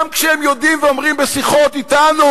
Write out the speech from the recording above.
גם כשהם יודעים ואומרים בשיחות אתנו: